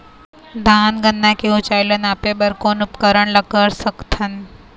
धान गन्ना के ऊंचाई ला नापे बर कोन उपकरण ला कर सकथन?